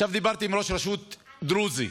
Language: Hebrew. עכשיו דיברתי עם ראש רשות דרוזי.